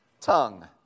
tongue